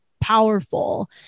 powerful